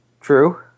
true